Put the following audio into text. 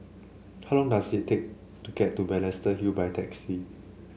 how long does it take to get to Balestier Hill by taxi